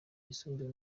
yisumbuye